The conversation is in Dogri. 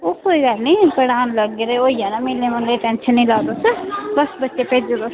ओह् कोई गल्ल निं पढ़ान लगगे ते होई जाना म्हीने म्हूने दी टैंशन निं लाओ तुस बस बच्चे भेज्जी ओड़ो